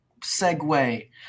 segue